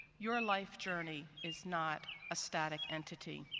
your life journey is not a static entity.